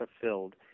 fulfilled